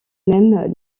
mêmes